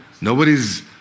Nobody's